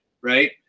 right